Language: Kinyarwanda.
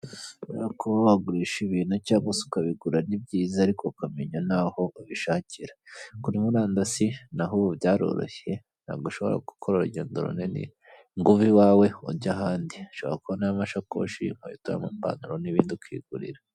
Buriya kuba wagurisha ibintu cyangwa se ukabigura ni byiza ariko ukamenya naho ubishakira, kuri murandasi naho ubu byaroroshye ntabwo ushobora gukora urugendo runini ngo uve iwawe ujya ahandi, ushobora kubonayo amashakoshi, inkweto, amapantaro n'ibindi ukigurira.